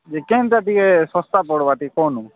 ଯେ କେନ୍ତା ଟିକେ ଶସ୍ତା ପଡ଼ବା ଟିକେ କହନୁ